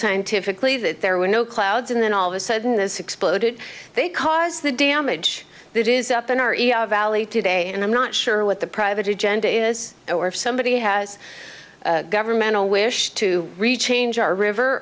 scientifically that there were no clouds and then all of a sudden this exploded they cause the damage that is up in our each valley today and i'm not sure what the private agenda is or if somebody has a governmental wish to reach change or river